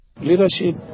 Leadership